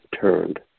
turned